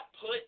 put